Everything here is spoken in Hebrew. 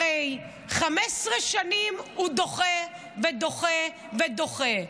הרי 15 שנים הוא דוחה ודוחה ודוחה.